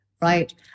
right